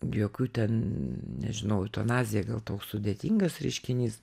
jokių ten nežinau eutanazija gal toks sudėtingas reiškinys